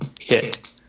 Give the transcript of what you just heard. hit